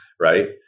right